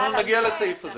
אנחנו נגיע לסעיף הזה.